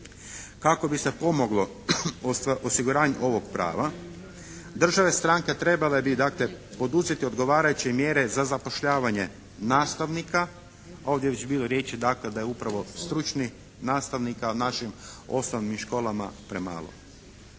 kako bi se pomoglo osiguranju ovog prava, države stranke trebale bi dakle poduzeti odgovarajuće mjere za zapošljavanje nastavnika, ovdje je već bilo riječi dakle da je upravo stručnih nastavnika u našim osnovnim školama premalo.